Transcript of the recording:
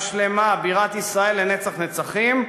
השלמה, בירת ישראל לנצח נצחים,